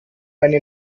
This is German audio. eine